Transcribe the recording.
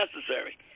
necessary